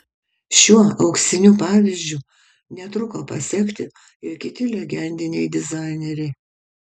šiuo auksiniu pavyzdžiu netruko pasekti ir kiti legendiniai dizaineriai